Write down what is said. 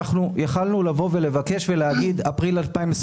אנחנו יכולנו לבוא ולבקש ולהגיד אפריל 2022,